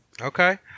okay